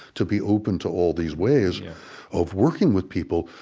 to be open to all these ways yeah of working with people.